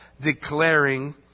declaring